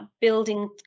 building